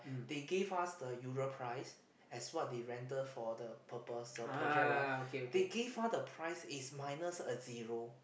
they give us the usual price as what they rented for the purpose the project right they give us the price is minus a zero